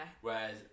whereas